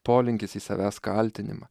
polinkis į savęs kaltinimą